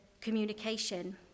communication